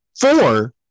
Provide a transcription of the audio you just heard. Four